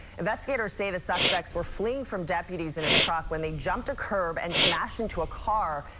investigators say the suspects were fleeing from deputies in a truck when they jumped a curb and smashed into a car,